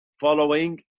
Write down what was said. following